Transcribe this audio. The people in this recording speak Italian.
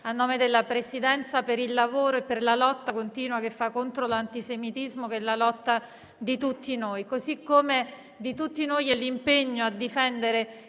a nome della Presidenza per il lavoro e la lotta continua che fa contro l'antisemitismo, che è la lotta di tutti noi, così come di tutti noi è l'impegno a difendere